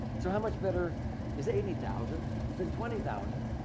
so, how much better is eighty thousand than twenty thousand?